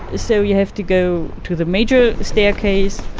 so you have to go to the major staircase,